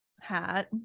hat